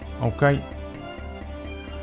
Okay